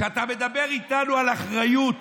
כשאתה מדבר איתנו על אחריות